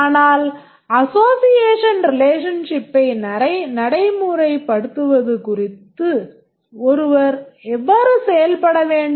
ஆனால் association relationship ஐ நடைமுறைப்படுத்துவது குறித்து ஒருவர் எவ்வாறு செயல்பட வேண்டும்